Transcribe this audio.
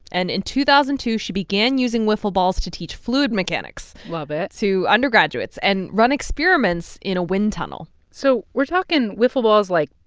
and in two thousand and two, she began using wiffle balls to teach fluid mechanics. love it to undergraduates and run experiments in a wind tunnel so we're talking wiffle balls like,